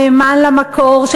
נאמן למקור,